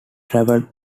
travelled